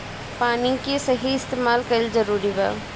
पानी के सही इस्तेमाल कइल जरूरी बा